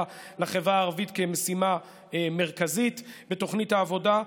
לחברה הערבית כמשימה מרכזית בתוכנית העבודה.